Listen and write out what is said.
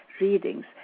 readings